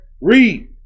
Read